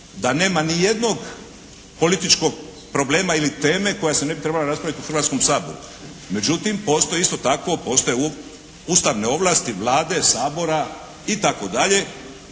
da nema ni jednog političkog problema ili teme koja se ne bi trebala raspraviti u Hrvatskom saboru. Međutim, postoji isto tako postoje ustavne ovlasti Vlade, Sabora itd.